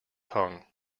tongue